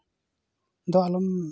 ᱫᱚ ᱟᱞᱚᱢ